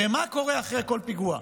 הרי מה קורה אחרי כל פיגוע?